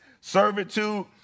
servitude